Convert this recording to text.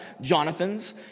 Jonathans